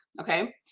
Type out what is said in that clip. okay